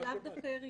זה לאו דווקא עלייה.